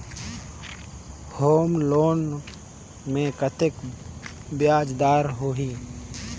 Home loan मे कतेक ब्याज दर होही?